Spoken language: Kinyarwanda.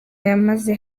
yamaze